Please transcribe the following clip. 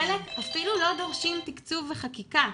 חלק אפילו לא דורשים תקצוב וחקיקה,